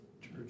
church